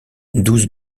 douze